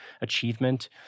achievement